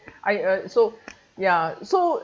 I uh so ya so